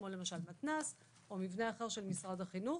כמו למשל מתנ"ס או מבנה אחר של משרד החינוך.